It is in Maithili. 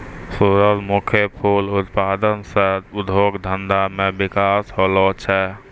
सुरजमुखी फूल उत्पादन से उद्योग धंधा मे बिकास होलो छै